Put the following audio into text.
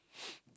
yeah